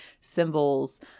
symbols